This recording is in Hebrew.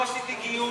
לא עשיתי גיוס,